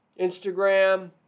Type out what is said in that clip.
Instagram